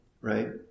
right